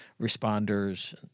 responders